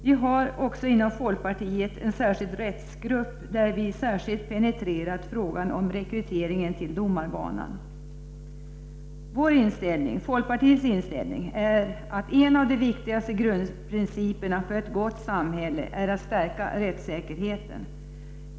Vi har också inom folkpartiet en särskild rättsgrupp, där vi särskilt penetrerat frågan om rekryteringen till domarbanan. Folkpartiets inställning är att en av de viktigaste grundprinciperna för ett gott samhälle är att stärka rättssäkerheten.